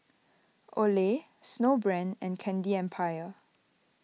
Olay Snowbrand and Candy Empire